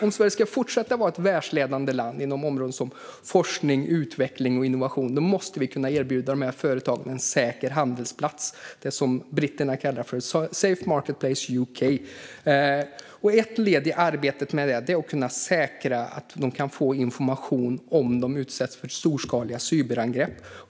Om Sverige ska fortsätta att vara ett världsledande land inom forskning, utveckling och innovation måste vi kunna erbjuda företagen en säker handelsplats, det som britterna kallar Safe Marketplace UK. Ett led i arbetet är att säkra att företagen kan få information om de utsätts för storskaliga cyberangrepp.